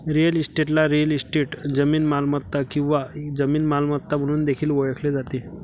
real इस्टेटला real estate, जमीन मालमत्ता किंवा जमीन मालमत्ता म्हणून देखील ओळखले जाते